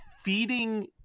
feeding